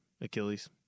Achilles